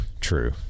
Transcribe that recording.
true